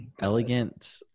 elegant